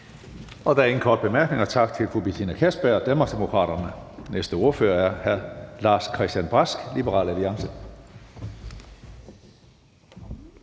Der er ingen korte bemærkninger. Tak til fru Betina Kastbjerg, Danmarksdemokraterne. Den næste ordfører er hr. Lars-Christian Brask, Liberal Alliance.